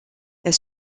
elle